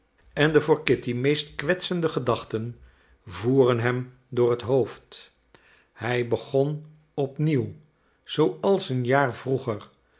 en de voor kitty meest kwetsende gedachten voeren hem door het hoofd hij begon op nieuw zooals een jaar vroeger